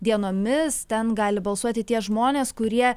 dienomis ten gali balsuoti tie žmonės kurie